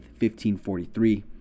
1543